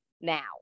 now